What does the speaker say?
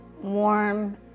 warm